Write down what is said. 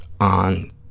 on